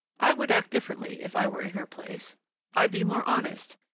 i would act differently if i were in her place i'd be more honest,